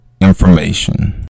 information